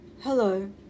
Hello